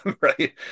right